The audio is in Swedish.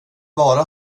vara